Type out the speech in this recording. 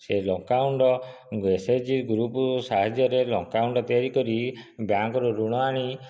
ସେ ଲଙ୍କାଗୁଣ୍ଡ SHG group ସାହାଯ୍ୟରେ ଲଙ୍କାଗୁଣ୍ଡ ତିଆରି କରି ବ୍ୟାଙ୍କରୁ ଋଣ ଆଣି